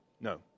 No